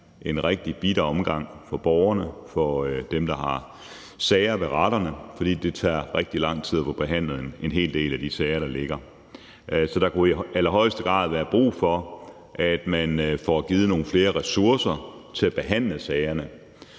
en rigtig bitter omgang for borgerne, for dem, der har sager ved retterne, for det tager rigtig lang tid at få behandlet en hel del af de sager, der ligger. Så der kunne i allerhøjeste grad være brug for, at man får givet nogle flere ressourcer til at behandle sagerne.